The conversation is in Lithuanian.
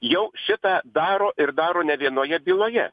jau šitą daro ir daro ne vienoje byloje